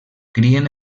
crien